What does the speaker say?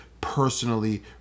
personally